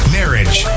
marriage